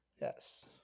Yes